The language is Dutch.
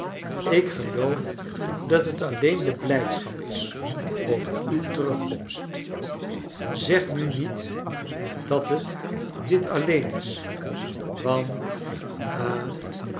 ik geloof dat het alleen de blijdschap is over uw terugkomst zeg nu niet dat het dit alleen is want